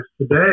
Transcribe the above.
today